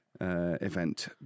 event